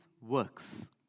works